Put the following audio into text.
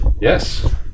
Yes